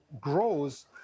grows